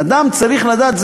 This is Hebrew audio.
אדם צריך לדעת,